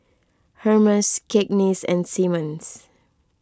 Hermes Cakenis and Simmons